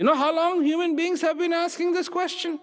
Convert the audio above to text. you know how alone human beings have been asking this question